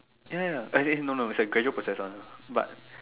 ya ya as in no no is a casual process one but